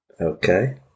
Okay